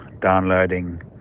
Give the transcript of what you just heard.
downloading